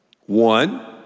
One